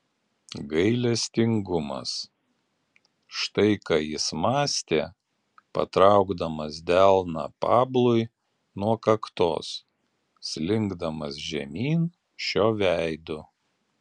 gailestingumas štai ką jis mąstė patraukdamas delną pablui nuo kaktos slinkdamas žemyn šio veidu